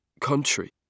country